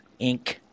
Inc